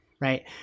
right